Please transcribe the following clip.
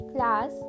Class